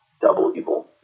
double-evil